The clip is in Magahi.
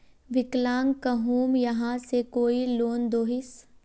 विकलांग कहुम यहाँ से कोई लोन दोहिस?